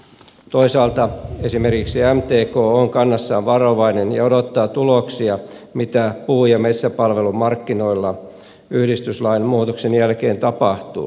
toisaalta esimerkiksi mtk on kannassaan varovainen ja odottaa tuloksia mitä puu ja metsäpalvelumarkkinoilla yhdistyslain muutoksen jälkeen tapahtuu